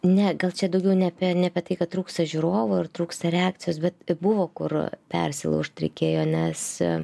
ne gal čia daugiau ne apie ne apie tai kad trūksta žiūrovų ir trūksta reakcijos bet buvo kur persilaužt reikėjo nes